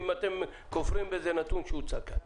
אם אתם כופרים באיזה נתון שהוצג כאן.